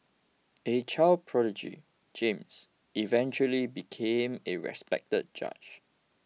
a child prodigy James eventually became a respected judge